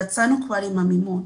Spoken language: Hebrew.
יצאנו כבר עם המימון.